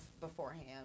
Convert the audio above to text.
beforehand